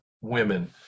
women